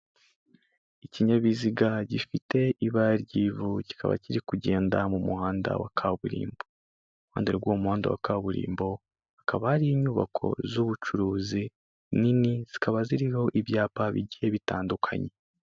Ikinyabiziga gifite ibara ry'ivu kikaba kiri kugenda mu muhanda wa kaburimbo, iruhande rw'uwo muhanda wa kaburimbokaba hakaba hari inyubako z'ubucuruzi nini, zikaba ziriho ibyapa bigiye bitandukanye.